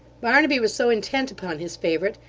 barnaby was so intent upon his favourite,